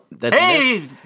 Hey